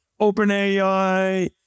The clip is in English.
OpenAI